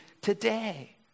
today